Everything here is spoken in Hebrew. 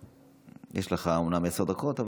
יש לך אומנם עשר דקות,